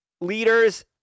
leaders